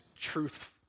truth